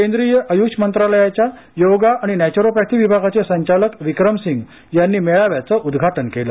केंद्रीय आयुष मंत्रालयाच्या योगा आणि नॅचरोपॅथी विभागाचे संचालक विक्रमसिंग यांनी मेळाव्याचं उदघाटन केले